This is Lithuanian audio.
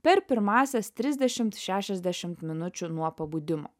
per pirmąsias trisdešimt šešiasdešimt minučių nuo pabudimo